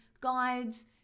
guides